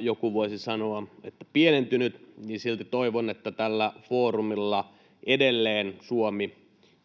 joku voisi sanoa, että pienentynyt — niin silti toivon, että tällä foorumilla edelleen Suomi